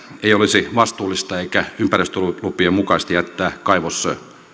ei olisi vastuullista eikä ympäristölupien mukaista jättää kaivos